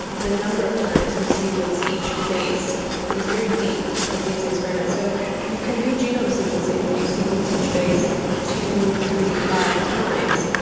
the number of times we sequence each base is very deep for these experiments. so you can do genome sequencing where you sequence each base two, three, five times.